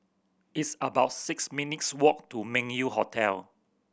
it's about six minutes' walk to Meng Yew Hotel